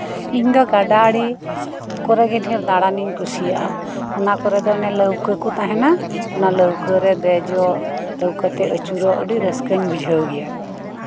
ᱤᱧᱫᱚ ᱜᱟᱰᱟ ᱟᱲᱤ ᱠᱚᱨᱮᱜᱮ ᱫᱷᱮᱨ ᱫᱟᱲᱟᱱᱤᱧ ᱠᱩᱥᱤᱭᱟᱜᱼᱟ ᱚᱱᱟᱠᱚᱨᱮᱫᱚ ᱚᱱᱮ ᱞᱟᱹᱣᱠᱟᱹᱠᱚ ᱛᱟᱦᱮᱱᱟ ᱚᱱᱟ ᱞᱟᱹᱣᱠᱟᱹᱨᱮ ᱫᱮᱡᱚᱜ ᱞᱟᱹᱣᱠᱟᱹᱛᱮ ᱟᱹᱪᱩᱨᱚᱜ ᱟᱹᱰᱤ ᱨᱟᱹᱥᱠᱟᱹᱧ ᱵᱩᱡᱷᱟᱹᱣ ᱜᱮᱭᱟ